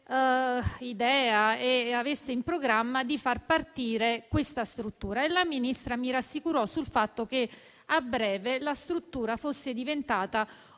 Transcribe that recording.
se avesse in programma di far partire la struttura e la Ministra mi rassicurò sul fatto che a breve la struttura sarebbe diventata